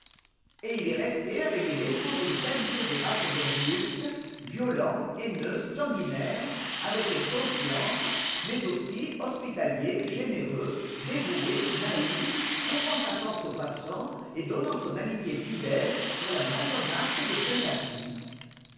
et il est resté avec les défauts et les qualités des races incultes violent haineux sanguinaire avec inconscience mais aussi hospitalier généreux dévoué naïf ouvrant sa porte aux passants et donnant son amitié fidèle pour la moindre marque de svmpathie